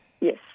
Yes